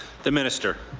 the minister.